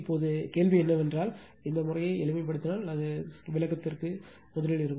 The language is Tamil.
இப்போது கேள்வி என்னவென்றால் இந்த விஷயத்தை எளிமை படுத்தினால் அது விளக்கத்திற்கு முதலில் இருக்கும்